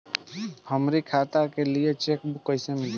हमरी खाता के लिए चेकबुक कईसे मिली?